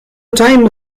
time